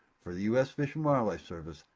for the u s. fish and wildlife service,